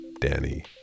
Danny